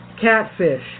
catfish